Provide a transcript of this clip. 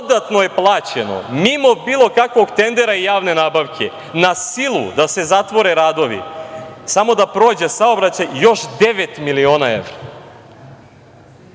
dodatno je plaćeno mimo bilo kakvog tendera i javne nabavke, na silu da se zatvore radovi, samo da prođe saobraćaj, još devet miliona